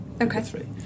okay